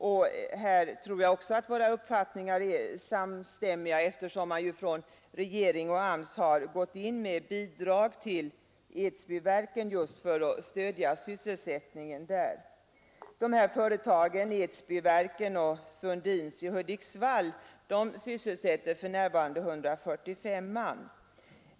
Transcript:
Även här tror jag att våra uppfattningar är samstämmiga, eftersom regeringen och AMS har gått in med bidrag till Edsbyverken just för att stödja sysselsättningen där. Edsbyverken och Sundins fabriker i Hudiksvall sysselsätter för närvarande 145 man.